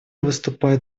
выступает